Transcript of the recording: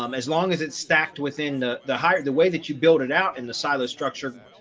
um as long as it stacked within the the higher the way that you build it out in the silo structure.